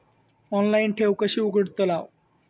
Online ठेव कशी उघडतलाव?